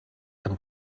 and